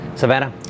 Savannah